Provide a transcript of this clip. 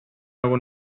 algun